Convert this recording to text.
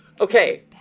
Okay